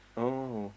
oh